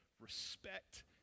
respect